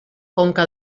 conca